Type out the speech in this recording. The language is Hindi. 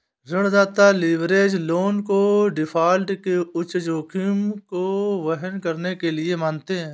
ऋणदाता लीवरेज लोन को डिफ़ॉल्ट के उच्च जोखिम को वहन करने के लिए मानते हैं